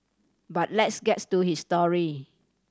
but let's gets to his story